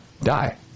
die